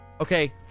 Okay